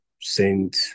Saint